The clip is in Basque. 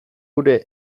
gure